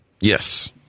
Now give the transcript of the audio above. Yes